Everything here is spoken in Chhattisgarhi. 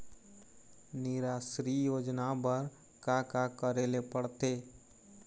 निराश्री योजना बर का का करे ले पड़ते?